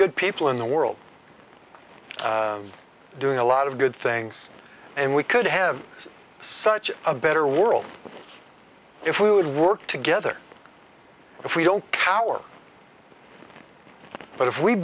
good people in the world doing a lot of good things and we could have such a better world if we would work together if we don't cower but if we